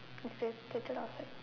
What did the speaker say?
we can take it outside